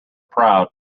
proud